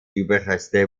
überreste